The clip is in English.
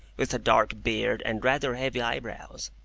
with a dark beard and rather heavy eyebrows.